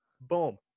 boom